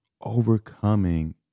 overcoming